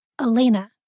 Elena